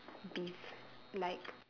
beef like